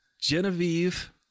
Genevieve